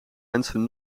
mensen